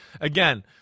again